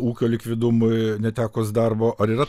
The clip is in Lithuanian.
ūkio likvidumui netekus darbo ar yra